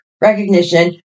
recognition